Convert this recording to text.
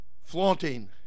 flaunting